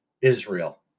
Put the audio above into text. Israel